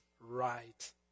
right